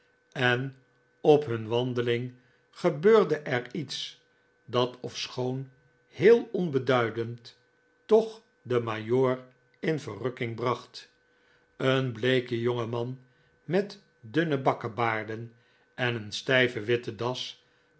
en op hun wandeling gebeurde er iets dat ofschoon heel onbeduidend toch den majoor in verrukking bracht een bleeke jonge man met dunne bakkebaarden en een stijve witte das